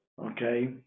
Okay